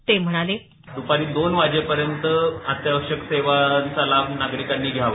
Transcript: ते म्हणाले दपारी दोन वाजेपर्यंत अत्यावश्यक सेवांचा लाभ नागरिकांनी घ्यावा